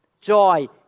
joy